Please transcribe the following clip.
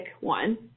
one